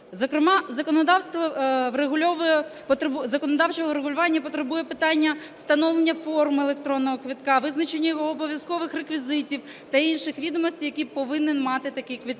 законодавчого врегулювання потребує питання встановлення форми електронного квитка, визначення його обов'язкових реквізитів та інших відомостей, які повинен мати такий квиток.